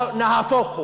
נהפוך הוא.